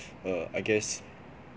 err I guess